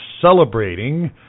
celebrating